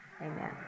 amen